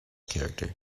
character